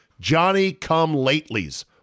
Johnny-come-latelys